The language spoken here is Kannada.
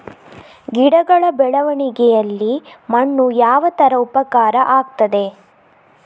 ಗಿಡಗಳ ಬೆಳವಣಿಗೆಯಲ್ಲಿ ಮಣ್ಣು ಯಾವ ತರ ಉಪಕಾರ ಆಗ್ತದೆ?